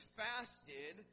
fasted